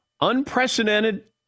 unprecedented